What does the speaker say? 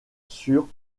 sur